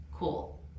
Cool